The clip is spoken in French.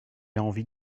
envie